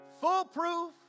foolproof